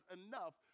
enough